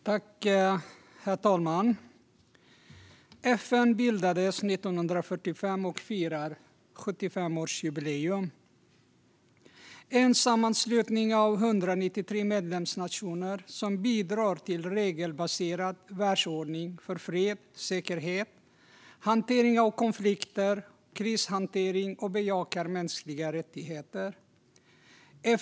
Herr talman! FN bildades 1945 och firar 75-årsjubileum. Det är en sammanslutning av 193 medlemsnationer som bidrar till en regelbaserad världsordning för fred, säkerhet, hantering av konflikter och krishantering samt bejakar mänskliga rättigheter.